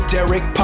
Derek